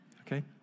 Okay